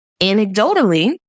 anecdotally